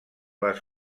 les